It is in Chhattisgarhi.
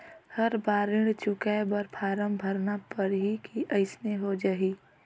हर बार ऋण चुकाय बर फारम भरना पड़ही की अइसने हो जहीं?